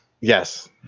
Yes